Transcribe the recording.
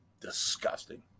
Disgusting